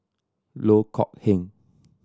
Loh Kok Heng